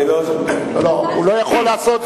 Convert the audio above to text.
הוא לא יכול לעשות זאת.